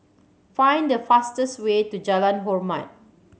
find the fastest way to Jalan Hormat